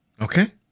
Okay